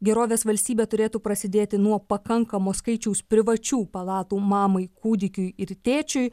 gerovės valstybė turėtų prasidėti nuo pakankamo skaičiaus privačių palatų mamai kūdikiui ir tėčiui